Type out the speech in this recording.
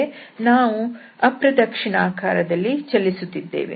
ನಾವು ಅಪ್ರದಕ್ಷಿಣಾಕಾರ ದಲ್ಲಿ ಚಲಿಸುತ್ತಿದ್ದೇವೆ